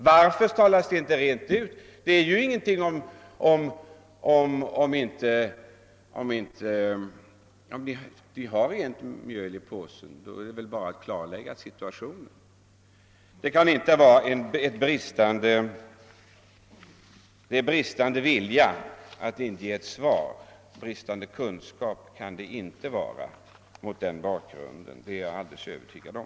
Varför talas det inte rent ut, om man har rent mjöl i påsen? Varför kan man då inte klarlägga hela situationen? Mot den bakgrund jag här angivit måste det bero på bristande vilja när man inte svarar. Att det inte beror på bristande kunskaper är jag alldeles övertygad om.